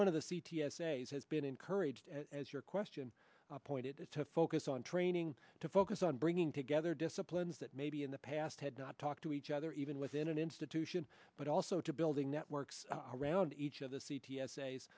one of the c t s days has been encouraged as your question pointed to focus on training to focus on bringing together disciplines that may be in the past had not talked to each other even within an institution but also to building networks around each of the c t